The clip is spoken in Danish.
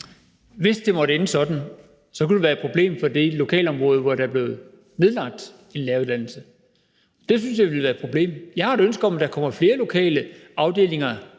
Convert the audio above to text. Hvis det måtte ende sådan, kunne det være et problem for det lokalområde, hvor der blev nedlagt en læreruddannelse. Det synes jeg ville være et problem. Jeg har et ønske om, at der kommer flere lokale afdelinger